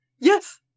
Yes